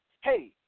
hey